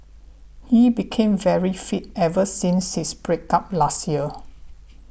he became very fit ever since his break up last year